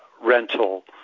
rental